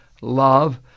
love